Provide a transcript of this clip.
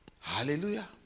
Hallelujah